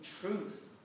truth